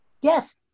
yes